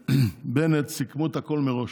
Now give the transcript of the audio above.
ובאמת סיכמו את הכול מראש.